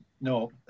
no